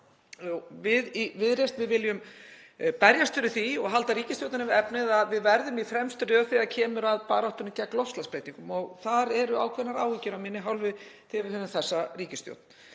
í Viðreisn viljum berjast fyrir því, og halda ríkisstjórninni við efnið, að við verðum í fremstu röð þegar kemur að baráttunni gegn loftslagsbreytingum. Þar eru ákveðnar áhyggjur af minni hálfu þegar við höfum þessa ríkisstjórn.